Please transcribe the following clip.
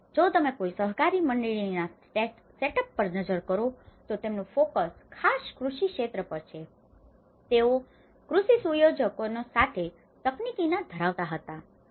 તથા જો તમે કોઈ સહકારી મંડળીના સેટઅપ setups સ્થાપના પર નજર કરો તો તેમનું ફોકસ focus ધ્યાન કેન્દ્રિત ખાસ કૃષિક્ષેત્ર પર છે તેઓ કૃષિ સુયોજનો સાથે તકનીકીતા ધરાવતા હતા